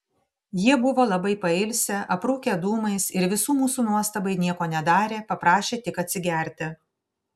jie buvo labai pailsę aprūkę dūmais ir visų mūsų nuostabai nieko nedarė paprašė tik atsigerti